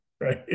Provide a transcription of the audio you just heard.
right